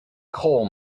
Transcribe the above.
coal